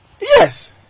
Yes